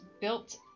built